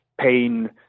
pain